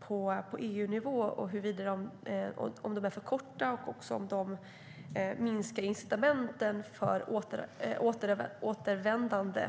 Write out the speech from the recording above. på EU-nivå, om de är för korta och om de minskar incitamenten för återvändande.